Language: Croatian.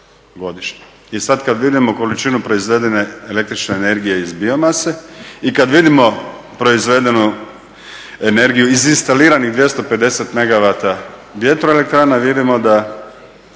I sada kada vidimo količinu proizvedene el.energije iz biomase i kada vidimo proizvedenu energiju iz instaliranih 250 megawata vjetroelektrana vidimo da